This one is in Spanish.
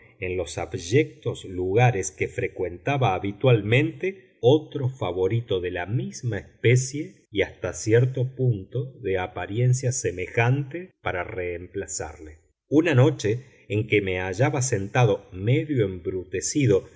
en los abyectos lugares que frecuentaba habitualmente otro favorito de la misma especie y hasta cierto punto de apariencia semejante para reemplazarle una noche en que me hallaba sentado medio embrutecido